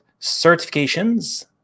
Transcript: certifications